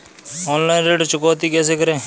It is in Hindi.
ऑनलाइन ऋण चुकौती कैसे करें?